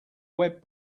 web